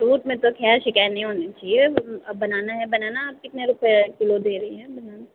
fruit में तो खैर शिकायत नहीं होनी चाहिए अब बनाना है बनाना आप कितने रुपये किलो दे रही है बनाना